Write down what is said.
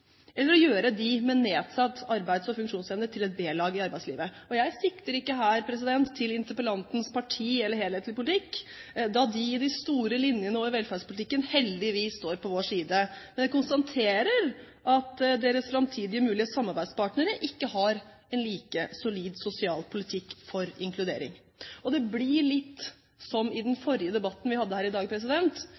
eller å gjøre dem med nedsatt arbeids- og funksjonsevne til et b-lag i arbeidslivet. Og jeg sikter ikke her til interpellantens parti eller helhetlige politikk, da det i de store linjene og i velferdspolitikken heldigvis står på vår side. Men jeg konstaterer at deres framtidige mulige samarbeidspartnere ikke har en like solid sosial politikk for inkludering. Det blir litt som i den forrige debatten vi hadde her i dag: